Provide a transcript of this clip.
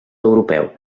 europeu